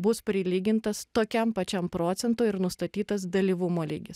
bus prilygintas tokiam pačiam procentui ir nustatytas dalyvumo lygis